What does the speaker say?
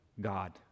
God